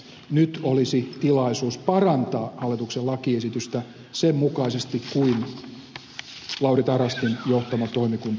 nyt olisi tilaisuus parantaa hallituksen lakiesitystä sen mukaisesti kuin lauri tarastin johtama toimikunta esitti